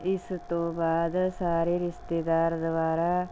ਇਸ ਤੋਂ ਬਾਅਦ ਸਾਰੇ ਰਿਸ਼ਤੇਦਾਰਾਂ ਦੁਆਰਾ